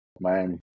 Miami